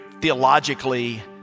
theologically